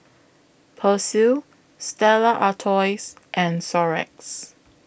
Persil Stella Artois and Xorex